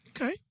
Okay